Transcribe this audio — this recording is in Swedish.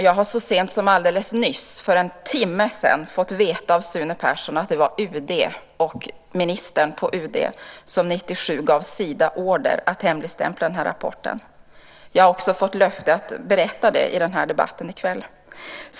Jag har så sent som alldeles nyss, för en timme sedan, fått veta av Sune Persson att det var UD och ministern på UD som 1997 gav Sida order att hemligstämpla den här rapporten. Jag har också fått löfte att berätta det i den här debatten här i kväll.